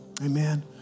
Amen